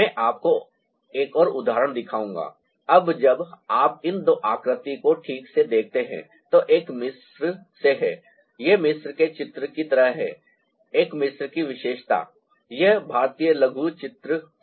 मैं आपको एक और उदाहरण दिखाऊंगा अब जब आप इन दो आकृति को ठीक से देखते हैं तो एक मिस्र से है ये मिस्र के चित्र की तरह हैं एक मिस्र की विशेषता यह भारतीय लघुचित्र से है